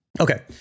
Okay